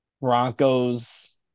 Broncos